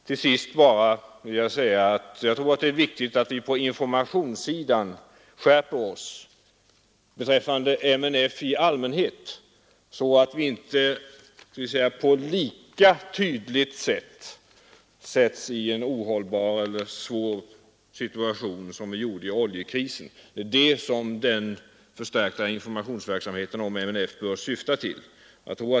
Till sist vill jag säga att det är viktigt att vi på informationssidan skärper oss beträffande MNF i allmänhet så att vi inte lika oförberett hamnar i en ohållbar och svår situation som vi gjorde denna gång. Det är bl.a. det som den förstärkta informationsverksamheten om multinatio nella företag bör syfta till.